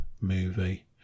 movie